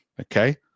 Okay